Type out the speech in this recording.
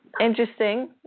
interesting